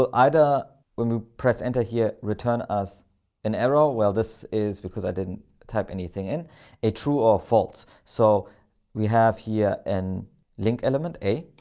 ah and when you press enter here, return as an error. ah well, this is because i didn't type anything in a true or false. so we have here and link element a,